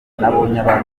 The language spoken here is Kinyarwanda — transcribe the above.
badakunda